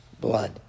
blood